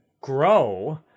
grow